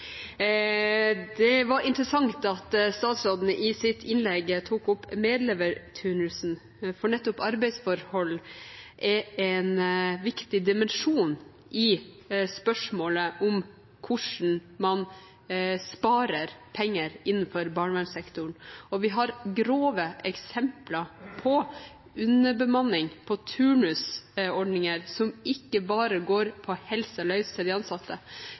Det var interessant at statsråden i sitt innlegg tok opp medleverturnusen, for nettopp arbeidsforhold er en viktig dimensjon i spørsmålet om hvordan man sparer penger innenfor barnevernssektoren. Vi har grove eksempler på underbemanning, på turnusordninger som ikke bare går på helsen løs for de ansatte,